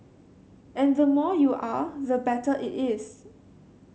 and the more you are the better it is